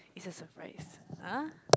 it's a surprise ah